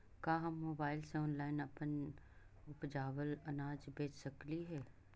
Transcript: का हम मोबाईल से ऑनलाइन अपन उपजावल अनाज बेच सकली हे?